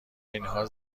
اینها